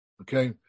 Okay